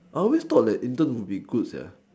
I always thought that intern would be good sia